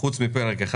חוץ מפרק אחד,